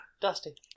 Dusty